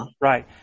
Right